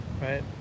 right